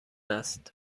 است